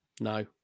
No